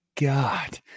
God